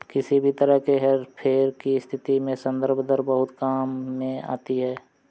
किसी भी तरह के हेरफेर की स्थिति में संदर्भ दर बहुत काम में आती है